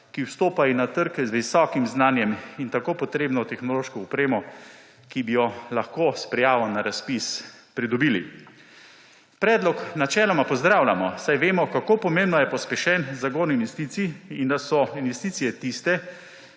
ki vstopajo na trg z visokim znanjem in tako potrebno tehnološko opremo, ki bi jo lahko s prijavo na razpis pridobili. Predlog načeloma pozdravljamo, saj vemo, kako pomemben je pospešen zagon investicij in da so investicije tiste,